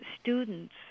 students